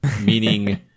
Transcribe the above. meaning